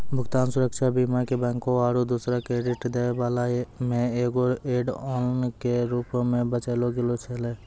भुगतान सुरक्षा बीमा के बैंको आरु दोसरो क्रेडिट दै बाला मे एगो ऐड ऑन के रूपो मे बेचलो गैलो छलै